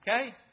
Okay